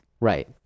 Right